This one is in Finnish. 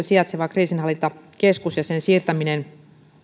sijaitseva kriisinhallintakeskus ja sen siirtäminen